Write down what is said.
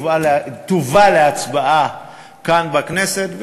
תובא להצבעה כאן בכנסת,